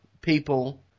people